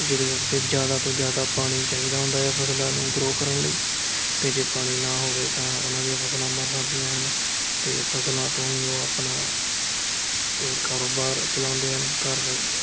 ਜਿਹਦੇ ਕਰਕੇ ਜ਼ਿਆਦਾ ਤੋਂ ਜ਼ਿਆਦਾ ਪਾਣੀ ਚਾਹੀਦਾ ਹੁੰਦਾ ਹੈ ਫਸਲਾਂ ਨੂੰ ਗ੍ਰੋਅ ਕਰਨ ਲਈ ਅਤੇ ਜੇ ਪਾਣੀ ਨਾ ਹੋਵੇ ਤਾਂ ਉਹਨਾਂ ਦੀਆਂ ਫਸਲਾਂ ਮਰ ਸਕਦੀਆਂ ਹਨ ਅਤੇ ਫਸਲਾਂ ਤੋਂ ਹੀ ਉਹ ਆਪਣਾ ਇਹ ਕਾਰੋਬਾਰ ਚਲਾਉਂਦੇ ਹਨ ਘਰ ਦਾ